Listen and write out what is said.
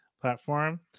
platform